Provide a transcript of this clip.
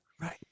right